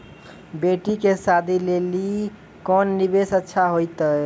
बेटी के शादी लेली कोंन निवेश अच्छा होइतै?